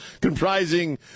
comprising